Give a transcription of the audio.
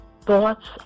Thoughts